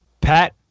Pat